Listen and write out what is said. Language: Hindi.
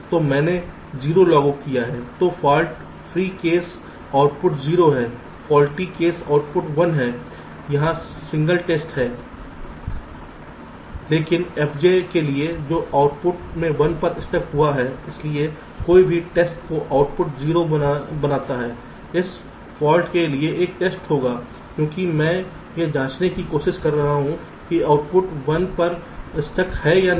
तो फॉल्ट फ्री केस आउटपुट 0 है फौल्टी केस आउटपुट 1 है यहां सिंगल टेस्ट है लेकिन fj के लिए जो आउटपुट में 1 पर स्टक हुआ है इसलिए कोई भी टेस्ट जो आउटपुट 0 बनाता है इस फॉल्ट के लिए एक टेस्ट होगा क्योंकि मैं यह जांचने की कोशिश कर रहा हूं कि आउटपुट 1 पर स्टक है या नहीं